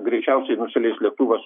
greičiausiai nusileis lėktuvas